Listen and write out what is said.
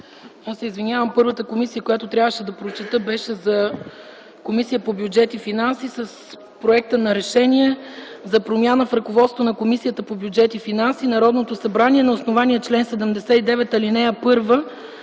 първата комисия, която трябваше да прочета беше Комисията по бюджет и финанси. „РЕШЕНИЕ за промяна в ръководството на Комисията по бюджет и финанси. Народното събрание на основание чл. 79, ал. 1